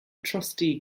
trustee